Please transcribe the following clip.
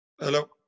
Hello